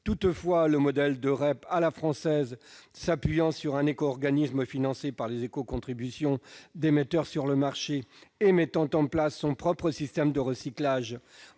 Toutefois, le modèle de REP à la française, s'appuyant sur un éco-organisme financé par les éco-contributions des metteurs sur le marché et mettant en place son propre système de recyclage